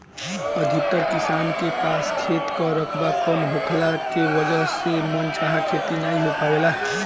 अधिकतर किसान के पास खेत कअ रकबा कम होखला के वजह से मन चाहा खेती नाइ हो पावेला